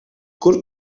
kur